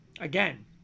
Again